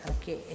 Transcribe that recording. okay